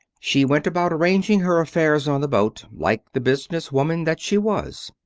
she went about arranging her affairs on the boat like the business woman that she was.